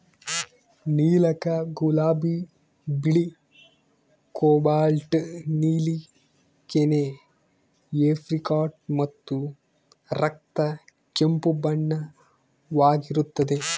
ನೀಲಕ ಗುಲಾಬಿ ಬಿಳಿ ಕೋಬಾಲ್ಟ್ ನೀಲಿ ಕೆನೆ ಏಪ್ರಿಕಾಟ್ ಮತ್ತು ರಕ್ತ ಕೆಂಪು ಬಣ್ಣವಾಗಿರುತ್ತದೆ